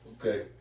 Okay